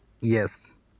Yes